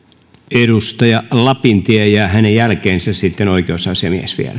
edustaja lapintie ja hänen jälkeensä sitten oikeusasiamies vielä